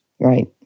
Right